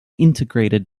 integrated